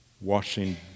Washing